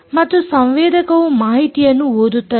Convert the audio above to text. ಮತ್ತು ಸಂವೇದಕವು ಮಾಹಿತಿಯನ್ನು ಓದುತ್ತದೆ